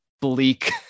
bleak